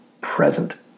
present